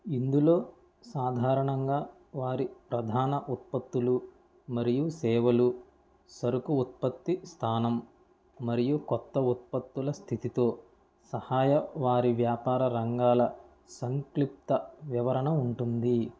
ఇందులో సాధారణంగా వారి ప్రధాన ఉత్పత్తులు మరియు సేవలు సరుకు ఉత్పత్తి స్థానం మరియు కొత్త ఉత్పత్తుల స్థితితో సహాయ వారి వ్యాపార రంగాల సంక్లిప్త వివరణ ఉంటుంది